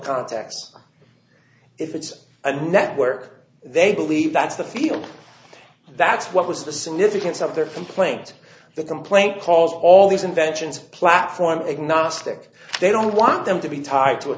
context if it's a network they believe that's the field that's what was the significance of their complaint the complaint because all these inventions platform agnostic they don't want them to be tied to a